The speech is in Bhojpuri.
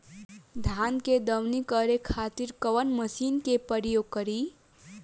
धान के दवनी करे खातिर कवन मशीन के प्रयोग करी?